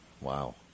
Wow